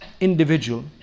individual